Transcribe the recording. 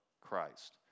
Christ